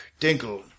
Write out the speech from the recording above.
Dinkle